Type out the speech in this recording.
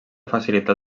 facilitar